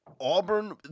Auburn